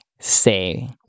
say